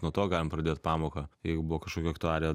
nuo to galim pradėti pamoką jeigu buvo kažkokia aktualija